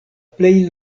plej